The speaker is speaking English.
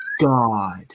God